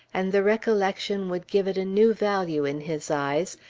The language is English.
and the recollection would give it a new value in his eyes,